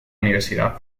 universidad